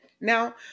Now